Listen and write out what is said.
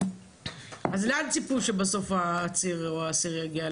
אז לאן ציפו שבסוף האסיר יגיע?